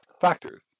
factors